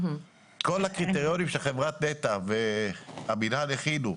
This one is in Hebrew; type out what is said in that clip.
כל הקריטריונים שחברת נת"ע והמינהל הכינו,